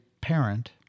parent